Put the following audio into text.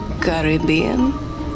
Caribbean